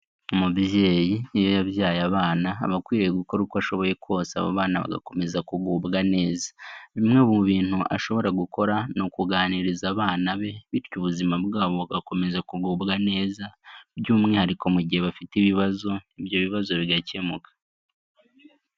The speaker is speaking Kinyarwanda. Umubyeyi iyo yabyaye abana, aba akwiriye gukora uko ashoboye kose abo bana bagakomeza kugubwa neza. Bimwe mu bintu ashobora gukora, ni ukuganiriza abana be bityo ubuzima bwabo bugakomeza kugubwa neza, by'umwihariko mu gihe bafite ibibazo, ibyo bibazo bigakemuka.